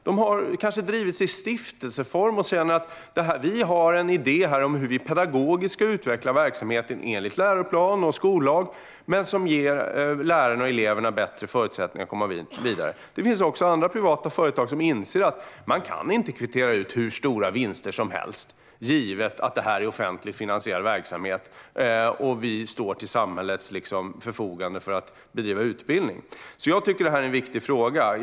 Det har tidigare kanske drivits i stiftelseform, och nu känner de att de har en idé om hur de pedagogiskt ska utveckla sin verksamhet enligt läroplan och skollag för att ge lärarna och eleverna bättre förutsättningar att komma vidare. Det finns också andra privata företag som inser att man inte kan kvittera ut hur stora vinster som helst eftersom det handlar om offentligt finansierad verksamhet och att de står till samhällets förfogande för att bedriva utbildning. Jag tycker att detta är en viktig fråga.